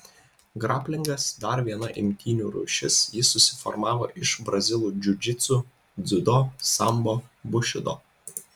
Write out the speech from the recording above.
graplingas dar viena imtynių rūšis ji susiformavo iš brazilų džiudžitsu dziudo sambo bušido